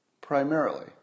primarily